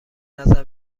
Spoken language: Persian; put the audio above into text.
نظر